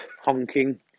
honking